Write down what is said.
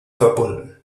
verbunden